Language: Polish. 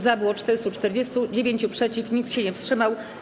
Za było 440, 9 - przeciw, nikt się nie wstrzymał.